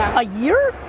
a year?